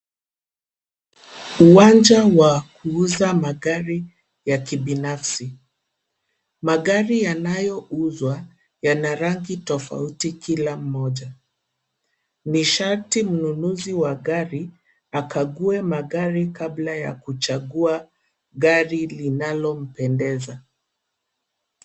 Uwanja wa, kuuza magari ya kibinafsi, magari yanayouzwa, yana rangi tofauti kila mmoja, ni sharti mnunuzi wa gari, akague magari kabla ya kuchagua gari linalompendeza.